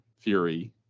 fury